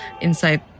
inside